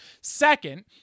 Second